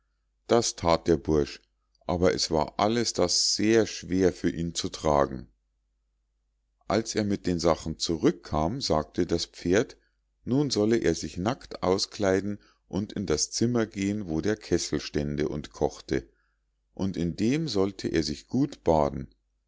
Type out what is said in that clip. das that der bursch aber es war alles das sehr schwer für ihn zu tragen als er mit den sachen zurückkam sagte das pferd nun solle er sich nackt auskleiden und in das zimmer gehen wo der kessel stände und kochte und in dem solle er sich gut baden